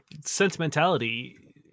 sentimentality